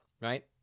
right